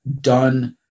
done